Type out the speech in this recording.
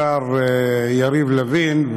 השר יריב לוין,